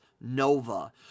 Nova